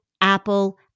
Apple